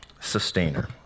sustainer